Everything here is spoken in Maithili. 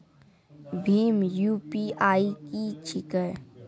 भीम यु.पी.आई की छीके?